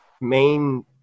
main